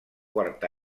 quart